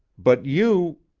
but you